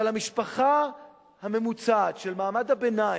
אבל המשפחה הממוצעת של מעמד הביניים,